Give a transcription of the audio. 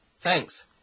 Thanks